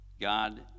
God